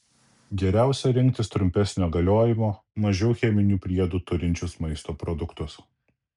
geriausia rinktis trumpesnio galiojimo mažiau cheminių priedų turinčius maisto produktus